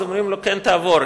אז אומרים לו: כן, תעבור.